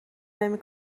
نمی